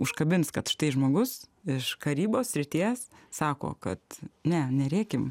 užkabins kad štai žmogus iš karybos srities sako kad ne nerėkim